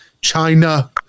china